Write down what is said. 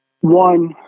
One